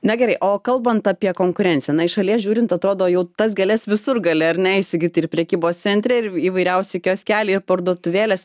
na gerai o kalbant apie konkurenciją na iš šalies žiūrint atrodo jau tas gėles visur gali ar ne įsigyt ir prekybos centre ir įvairiausi kioskeliai ir parduotuvėlės